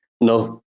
No